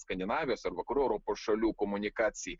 skandinavijos ar vakarų europos šalių komunikacijai